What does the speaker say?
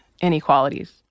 inequalities